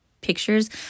pictures